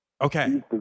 Okay